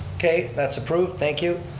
okay, that's approved, thank you.